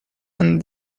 and